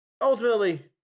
ultimately